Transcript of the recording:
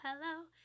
hello